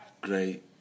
great